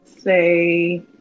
say